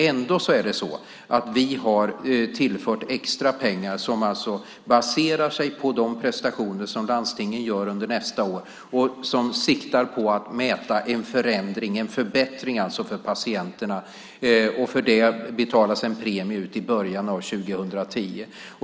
Ändå har vi tillfört extra pengar som alltså baserar sig på de prestationer som landstingen gör under nästa år och som siktar på att mäta en förändring och förbättring för patienterna. För det betalas en premie ut i början av 2010.